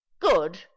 good